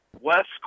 West